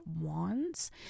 wands